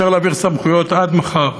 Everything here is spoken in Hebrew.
אפשר להעביר סמכויות עד מחר,